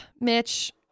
Mitch